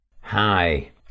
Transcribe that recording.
Hi